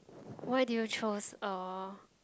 why did you chose uh